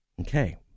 Okay